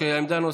עמדה נוספת.